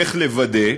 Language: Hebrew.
איך לוודא,